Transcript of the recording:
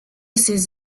ses